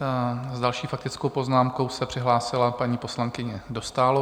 S další faktickou poznámkou se přihlásila paní poslankyně Dostálová.